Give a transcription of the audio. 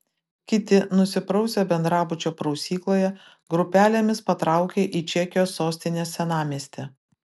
kiti nusiprausę bendrabučio prausykloje grupelėmis patraukė į čekijos sostinės senamiestį